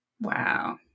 Wow